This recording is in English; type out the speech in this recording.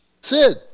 Sid